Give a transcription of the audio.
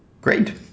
Great